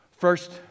First